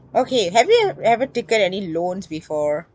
okay have you ev~ ever taken any loans before